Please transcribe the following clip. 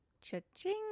cha-ching